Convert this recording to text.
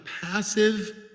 passive